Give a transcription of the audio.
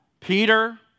Peter